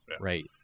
Right